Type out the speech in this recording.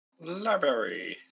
Library